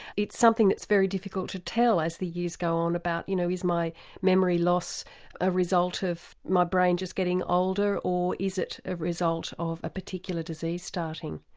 it's something that's very difficult to tell as the years go on about you know is my memory loss a result of my brain just getting older or is it a result of a particular disease starting.